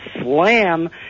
slam